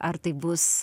ar tai bus